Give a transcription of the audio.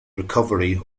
recovery